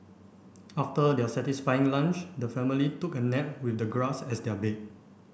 after their satisfying lunch the family took a nap with the grass as their bed